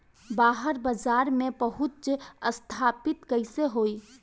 बाहर बाजार में पहुंच स्थापित कैसे होई?